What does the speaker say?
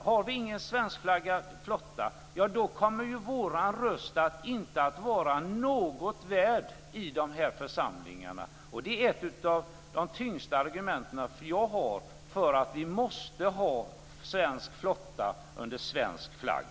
Har vi ingen svenskflaggad flotta kommer vår röst inte att vara något värd i de här församlingarna. Det är ett av de tyngsta argument jag har för att vi måste ha svensk flotta under svensk flagg.